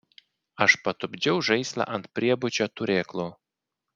aš patupdžiau žaislą ant priebučio turėklų